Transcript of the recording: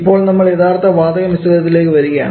ഇപ്പോൾ നമ്മൾ യഥാർത്ഥ വാതക മിശ്രിതത്തിലേക്ക് വരികയാണ്